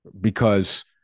Because-